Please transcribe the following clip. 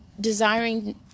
desiring